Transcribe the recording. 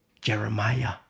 Jeremiah